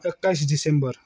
एक्काइस दिसम्बर